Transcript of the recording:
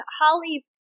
holly